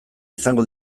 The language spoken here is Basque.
izango